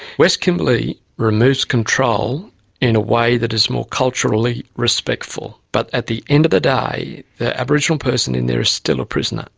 west kimberley removes control in a way that is more culturally respectful. but at the end of the day the aboriginal person in there is still a prisoner,